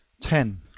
ten.